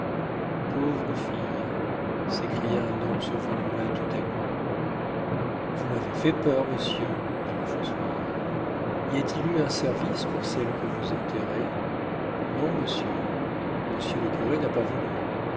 pauvre fille s'écria un homme survenu là tout à coup vous m'avez fait peur monsieur dit le fossoyeur y a-t-il eu un service pour celle que vous enterrez non monsieur monsieur le curé n'a pas voulu